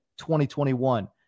2021